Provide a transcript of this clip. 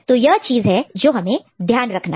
तो यह चीज है जो हमें ध्यान रखना है